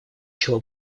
чего